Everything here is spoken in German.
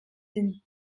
den